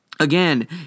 Again